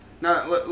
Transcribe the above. Now